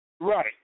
Right